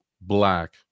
black